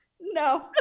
No